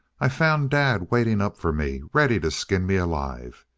i found dad waiting up for me ready to skin me alive.